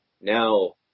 Now